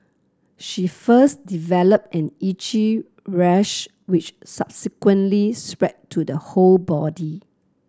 she first developed an itchy rash which subsequently spread to the whole body